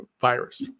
virus